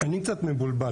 אני קצת מבולבל.